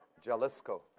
Jalisco